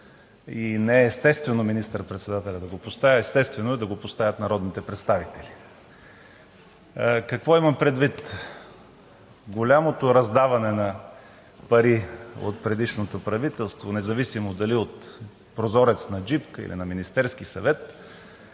И не е естествено министър председателят да го поставя – естествено е да го поставят народните представители. Какво имам предвид? Голямото раздаване на пари от предишното правителство, независимо дали от прозорец на джипка или на Министерски съвет